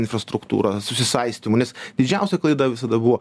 infrastruktūra susisaistymu nes didžiausia klaida visada buvo